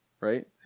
right